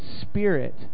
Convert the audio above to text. spirit